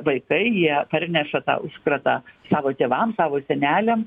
vaikai jie parneša tą užkratą savo tėvams savo seneliam